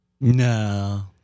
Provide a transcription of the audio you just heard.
no